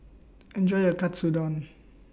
Enjoy your Katsudon